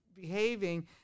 behaving